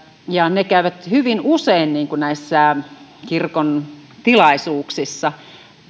ja he käyvät hyvin usein näissä kirkon tilaisuuksissa